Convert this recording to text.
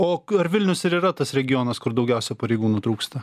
o ar vilnius ir yra tas regionas kur daugiausia pareigūnų trūksta